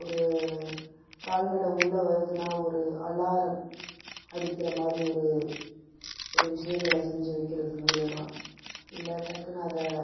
ஒரு கால்நடை உள்ள வருதுன்னா ஒரு அலாரம் அடிக்கிற மாதிரி ஒரு ஒரு விஷயங்கள செஞ்சு வைக்கிறது மூலியமாக இல்லை டக்குனு அதை